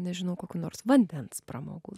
nežinau kokių nors vandens pramogų dar